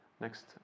Next